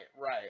right